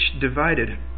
divided